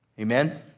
Amen